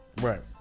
right